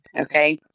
Okay